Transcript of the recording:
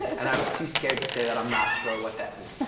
and i was too scared to say that i'm not sure what that means.